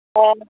ᱚ